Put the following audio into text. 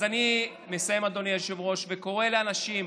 אז אני מסיים, אדוני היושב-ראש, וקורא לאנשים: